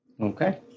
Okay